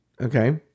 okay